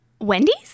Wendy's